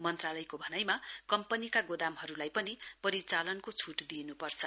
मन्त्रालयको भनाइमा कम्पनीका गोदामहरुलाई पनि परिचालनको छूट दिइनुपर्छ